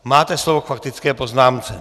Máte slovo k faktické poznámce.